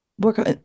work